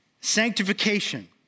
Sanctification